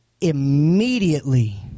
Immediately